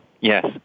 yes